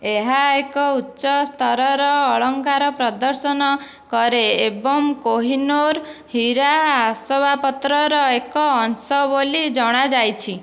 ଏହା ଏକ ଉଚ୍ଚ ସ୍ତରର ଅଳଙ୍କାର ପ୍ରଦର୍ଶନ କରେ ଏବଂ କୋହିନୂର ହୀରା ଆସବାବପତ୍ରର ଏକ ଅଂଶ ବୋଲି ଜଣାଯାଇଛି